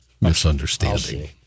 misunderstanding